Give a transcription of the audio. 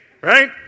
right